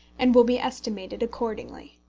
and will be estimated accordingly.